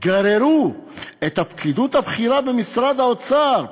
הם גררו את הפקידות הבכירה במשרד האוצר.